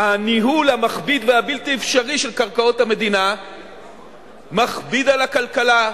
הניהול המכביד והבלתי-אפשרי של קרקעות המדינה מכביד על הכלכלה,